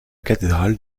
cathédrale